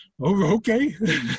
Okay